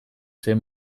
zen